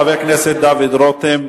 תודה לחבר הכנסת דוד רותם,